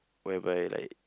whereby like